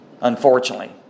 unfortunately